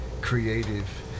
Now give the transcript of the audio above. creative